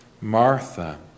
Martha